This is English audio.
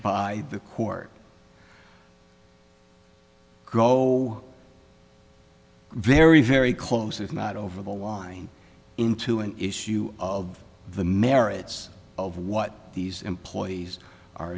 by the court go very very close if not over the line into an issue of the merits of what these employees are